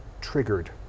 triggered